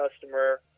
customer